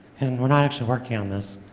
and we're not actually working on this,